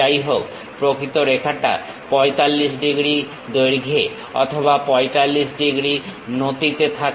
যাইহোক প্রকৃত রেখাটা 45 ডিগ্রী দৈর্ঘ্যে অথবা 45 ডিগ্রী নতিতে থাকে